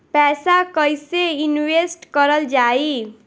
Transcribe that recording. पैसा कईसे इनवेस्ट करल जाई?